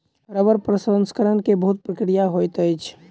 रबड़ प्रसंस्करण के बहुत प्रक्रिया होइत अछि